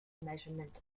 measurement